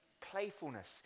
Playfulness